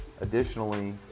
Additionally